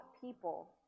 people